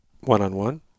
one-on-one